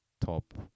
Top